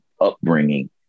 upbringing